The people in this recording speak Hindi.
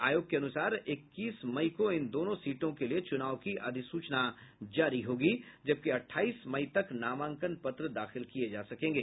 आयोग के अनुसार इक्कीस मई को इन दोनों सीटों के लिए चुनाव की अधिसूचना जारी होगी जबकि अठाईस मई तक नामांकन पत्र दाखिल किये जा सकेंगे